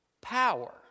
power